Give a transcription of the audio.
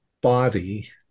body